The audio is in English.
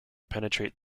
penetrate